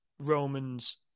Roman's